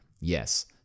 yes